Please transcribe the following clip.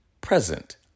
present